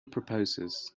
proposes